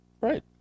Right